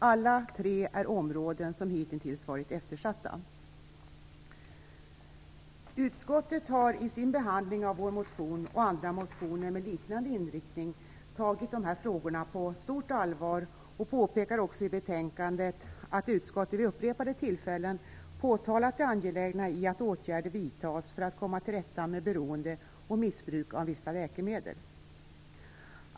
Alla tre är områden som hitintills varit eftersatta. Utskottet har i sin behandling av vår motion och andra motioner med liknande inriktning tagit dessa frågor på stort allvar och anför också i betänkandet att utskottet vid upprepade tillfällen påpekat det angelägna i att åtgärder vidtas för att komma till rätta med beroende och missbruk av vissa läkemedel.